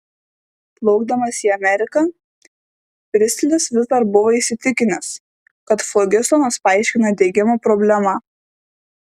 plaukdamas į ameriką pristlis vis dar buvo įsitikinęs kad flogistonas paaiškina degimo problemą